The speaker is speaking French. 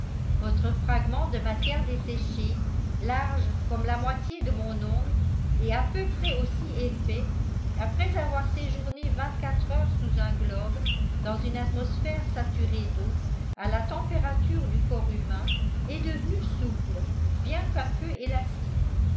votre fragment de matière desséchée large comme la moitié de mon ongle et à peu près aussi épais après avoir séjourné vingt-quatre heures sous un globe dans une atmosphère saturée d'eau à la température du corps humain est devenu souple bien qu'un peu élastique